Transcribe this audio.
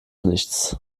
nichts